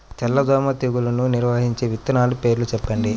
తెల్లదోమ తెగులును నివారించే విత్తనాల పేర్లు చెప్పండి?